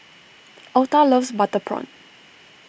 Altha loves Butter Prawn